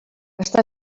està